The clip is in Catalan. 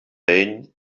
ell